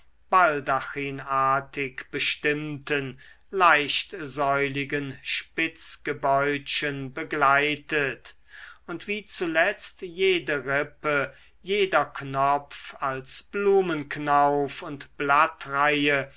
baldachinartig bestimmten leichtsäuligen spitzgebäudchen begleitet und wie zuletzt jede rippe jeder knopf als blumenknauf und